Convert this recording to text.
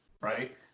right